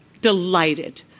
delighted